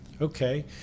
Okay